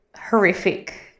horrific